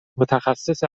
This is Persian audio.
متخصص